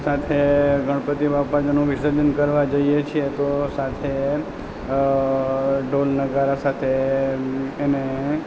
સાથે ગણપતિ બાપા નું વિસર્જન કરવા જઈએ છીએ તો સાથે ઢોલ નગારા સાથે એને